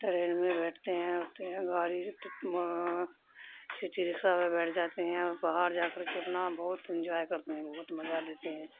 train میں بیٹھتے ہیں اٹھتے ہیں گاڑی سیٹی رکسا میں بیٹھ جاتے ہیں اور باہر جا کر کے اپنا بہت انجوائے کرتے ہیں بہت مزہ لیتے ہیں